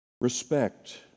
Respect